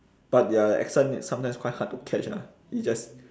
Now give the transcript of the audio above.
but their accent is sometimes quite hard to catch ah it's just